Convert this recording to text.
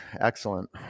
Excellent